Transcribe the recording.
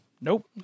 Nope